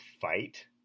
fight